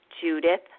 Judith